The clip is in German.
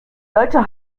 deutsche